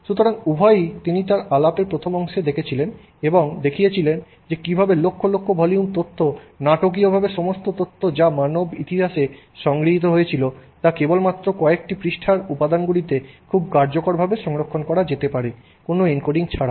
সুতরাং উভয়ই তিনি তাঁর আলাপের প্রথম অংশে দেখেছিলেন এবং দেখিয়েছেন যে কীভাবে লক্ষ লক্ষ ভলিউম তথ্য নাটকীয়ভাবে সমস্ত তথ্য যা মানব ইতিহাসে সংগৃহীত হয়েছিল তা কেবল মাত্র কয়েকটি পৃষ্ঠার উপাদানগুলিতে খুব কার্যকরভাবে সংরক্ষণ করা যেতে পারে কোনও এনকোডিং ছাড়াই